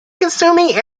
consuming